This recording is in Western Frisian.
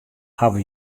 hawwe